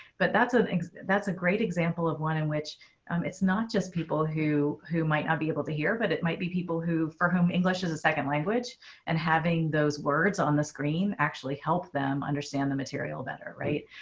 but that's an that's a great example of one in which it's not just people who who might not be able to hear, but it might be people who for whom english as a second language and having those words on the screen actually help them understand the material better. right.